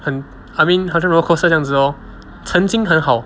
很 I mean 好像 roller coaster 这样子 lor 曾经很好